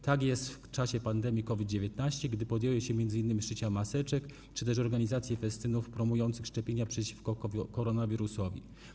Tak było w czasie pandemii COVID-19, gdy podjęły się m.in. szycia maseczek czy też organizacji festynów promujących szczepienia przeciwko koronawirusowi.